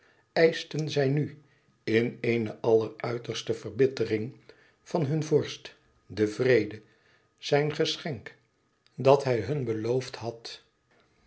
eischten zij nu in eene alleruiterste verbittering van hun vorst den vrede zijn geschenk dat hij hun beloofd had